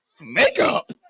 makeup